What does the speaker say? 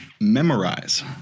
Memorize